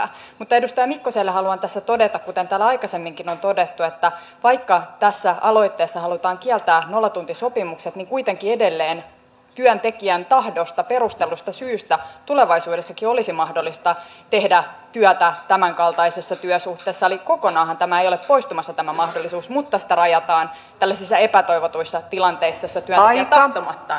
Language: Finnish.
mutta edustaja mikkoselle haluan tässä todeta kuten täällä aikaisemminkin on todettu että vaikka tässä aloitteessa halutaan kieltää nollatuntisopimukset niin kuitenkin edelleen työntekijän tahdosta perustellusta syystä tulevaisuudessakin olisi mahdollista tehdä työtä tämänkaltaisessa työsuhteessa eli kokonaanhan tämä mahdollisuus ei ole poistumassa mutta sitä rajataan tällaisissa epätoivotuissa tilanteissa joissa työntekijä tahtomattaan joutuu työtä tekemään